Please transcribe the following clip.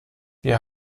wir